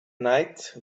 night